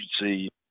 emergency